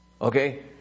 okay